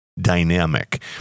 dynamic